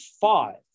five